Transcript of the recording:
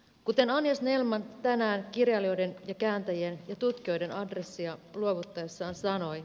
kuten anja snellman tänään kirjailijoiden ja kääntäjien ja tutkijoiden adressia luovuttaessaan sanoi